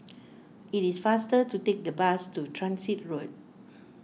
it is faster to take the bus to Transit Road